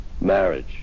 Marriage